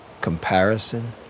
comparison